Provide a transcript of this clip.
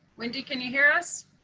wendy, can you hear us?